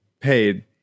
paid